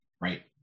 Right